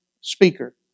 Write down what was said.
speaker